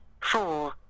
four